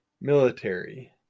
military